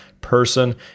person